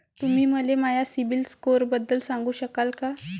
तुम्ही मले माया सीबील स्कोअरबद्दल सांगू शकाल का?